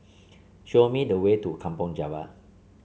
show me the way to Kampong Java